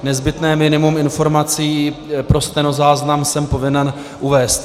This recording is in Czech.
Nezbytné minimum informací pro stenozáznam jsem povinen uvést.